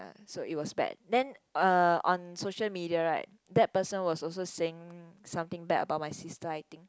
so it was bad then uh on social media right that person was also saying something bad about my sister I think